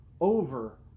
over